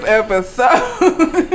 episode